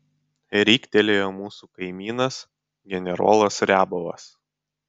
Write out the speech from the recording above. riktelėjo mūsų kaimynas generolas riabovas